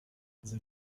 they